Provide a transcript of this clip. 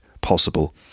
possible